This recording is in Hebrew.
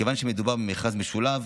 מכיוון שמדובר במכרז משולב,